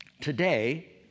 today